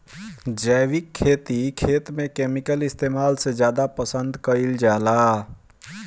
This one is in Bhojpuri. जैविक खेती खेत में केमिकल इस्तेमाल से ज्यादा पसंद कईल जाला